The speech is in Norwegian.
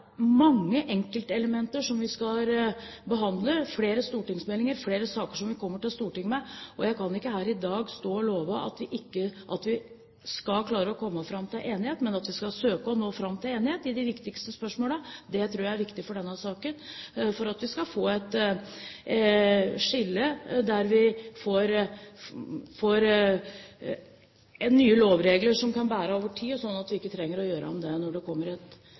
mange enkeltelementer vi skal behandle, flere stortingsmeldinger, flere saker som vi kommer til Stortinget med, og jeg kan ikke her i dag stå og love at vi skal klare å komme fram til enighet. Men at vi skal søke å nå fram til enighet i de viktigste spørsmålene, tror jeg er viktig for denne saken for at vi skal få et skille der vi får nye lovregler som kan bære over tid, slik at vi ikke trenger å gjøre om det når det eventuelt kommer